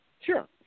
Sure